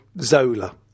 Zola